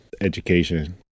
Education